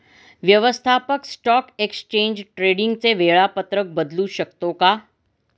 व्यवस्थापक stock exchange ट्रेडिंगचे वेळापत्रक बदलू शकतो का?